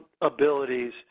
abilities